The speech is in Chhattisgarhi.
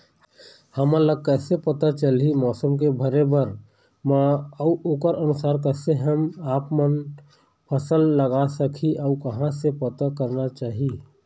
हमन कैसे पता चलही मौसम के भरे बर मा अउ ओकर अनुसार कैसे हम आपमन फसल लगा सकही अउ कहां से पता करना चाही?